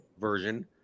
version